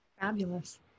Fabulous